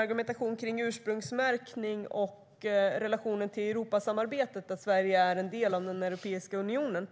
argumentationen kring ursprungsmärkning och relationen till Europasamarbetet - Sverige är en del av Europeiska unionen.